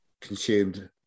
consumed